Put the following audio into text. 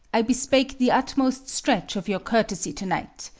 i bespeak the utmost stretch of your courtesy tonight.